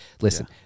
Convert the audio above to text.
Listen